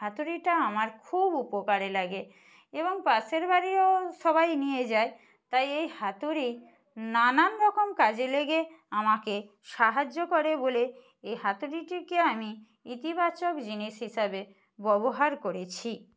হাতুড়িটা আমার খুব উপকারে লাগে এবং পাশের বাড়িও সবাই নিয়ে যায় তাই এই হাতুড়ি নানান রকম কাজে লেগে আমাকে সাহায্য করে বলে এ হাতুড়িটিকে আমি ইতিবাচক জিনিস হিসাবে ব্যবহার করেছি